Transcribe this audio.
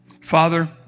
Father